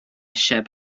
eisiau